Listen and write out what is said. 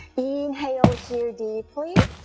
inhale here deeply